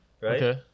Right